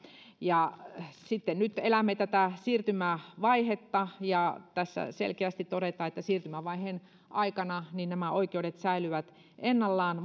nyt sitten elämme tätä siirtymävaihetta ja tässä selkeästi todetaan että siirtymävaiheen aikana nämä oikeudet säilyvät ennallaan